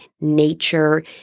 nature